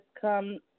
come